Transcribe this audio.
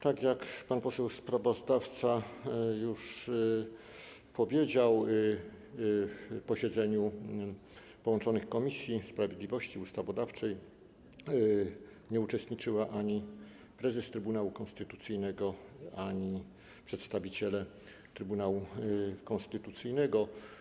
Tak jak pan poseł sprawozdawca już powiedział, w posiedzeniu połączonych komisji: komisji sprawiedliwości i Komisji Ustawodawczej nie uczestniczyła ani prezes Trybunału Konstytucyjnego, ani przedstawiciele Trybunału Konstytucyjnego.